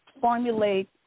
formulate